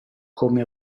come